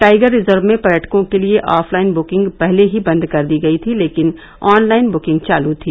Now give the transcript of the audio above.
tiger reserve में पर्यटकों के लिए ऑफलाइन बुकिंग पहले ही बंद कर दी गयी थी लेकिन ऑनलाइन बुकिंग चालू थी